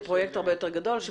זה פרויקט הרבה יותר גדול.